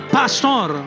pastor